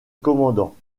commandant